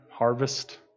harvest